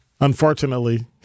Unfortunately